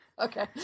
Okay